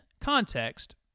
context